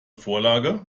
vorlage